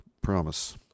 promise